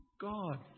God